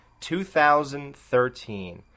2013